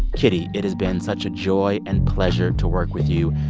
kitty, it has been such a joy and pleasure to work with you.